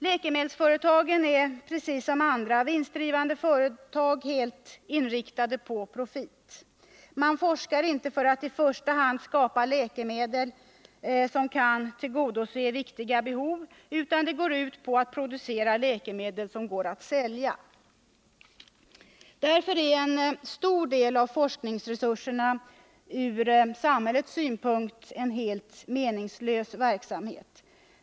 Läkemedelsföretagen är precis som andra vinstdrivande företag helt inriktade på profit. Man forskar inte i första hand för att skapa läkemedel som kan tillgodose viktiga behov, utan det går ut på att producera läkemedel som går att sälja. Därför går en stor del av forskningsresurserna till ur samhällets synvinkel helt meningslös verksamhet.